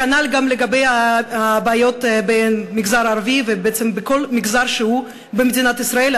כנ"ל גם לגבי הבעיות במגזר הערבי ובעצם בכל מגזר שהוא במדינת ישראל.